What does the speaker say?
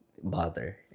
bother